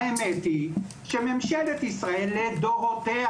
האמת היא שממשלת ישראל לדורותיה,